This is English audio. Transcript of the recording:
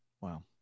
Wow